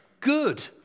good